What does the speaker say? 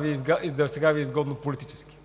Ви е изгодно политически.